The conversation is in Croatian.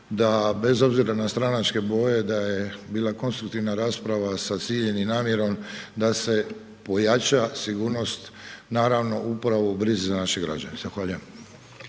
da bez obzira na stranačke boje da je bila konstruktivna rasprava sa ciljem i namjerom da se pojača sigurnost naravno upravo u brizi za naše građane. Zahvaljujem.